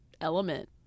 element